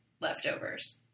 leftovers